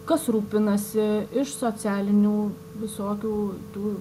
kas rūpinasi iš socialinių visokių tų